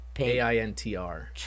A-I-N-T-R